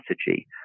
strategy